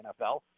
NFL